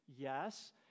yes